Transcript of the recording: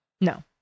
no